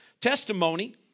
testimony